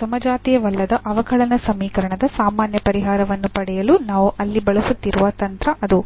ಸಮಜಾತೀಯವಲ್ಲದ ಅವಕಲನ ಸಮೀಕರಣದ ಸಾಮಾನ್ಯ ಪರಿಹಾರವನ್ನು ಪಡೆಯಲು ನಾವು ಅಲ್ಲಿ ಬಳಸುತ್ತಿರುವ ತಂತ್ರ ಅದು